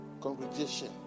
congregation